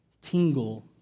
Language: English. tingle